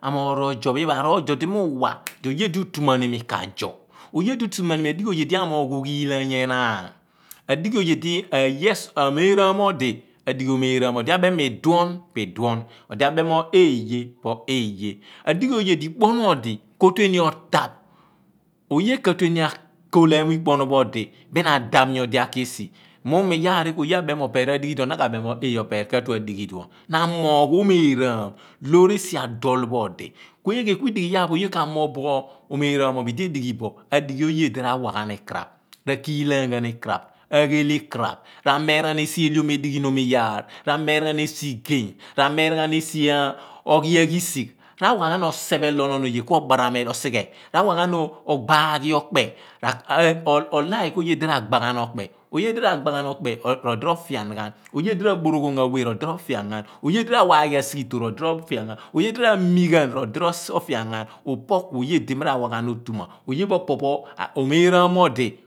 amoogh rọọzo pho iphen, iphen aroozo di mi u/wa di oye di utuman umi za zo oye di utumuan umi adighi oye di amoogh oghilaanu anaan. adighi oye di ayes, omeraam odi adighe omeeraam odi abem mo eeye po eeye. adighi oye di ikponu odi ko tue odaph oye ka tue ni akal etimu ikponu pho odi bin adaph nyodi aki esi mughumo iya ni ku oye abem mo opeer adighi eduon. Na ka bem mo opeer ka/tue adighi iyaar di erol idipho na amorgh oomeraam lor esi adol pho odi ku eeghe ku lehghi iyaar oye ka moogh bo ameeraan mo ophon idi edighi bo adighi oye di ra/wa ghan ikaraph. ra/ killaan ghan ikaraph aghel ikaraph ira meera eliom ediyhinom iyaar ra meera ghan esi igey, ra meera ghan esi oghi oghi risiyh ra/wa ghan oseph elo onon oye ku obaram elo odi obaram osighe ra/wa ghan ogba ghi gogh okpe olike oye di ragba ghi yogh ghan okpe, oye di ra gbe ghan okpe r ' odi ro/ fian ghan oye di ra wa ghan sighiton ro odi ro/ fian ghan. oye di ra mi ghan r' odi ro/fian ghan. opo ku oye di mi ra wa ghan otuman, oye pho pi pho omeeraan odi.